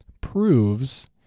proves